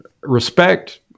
respect